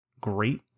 great